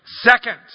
Second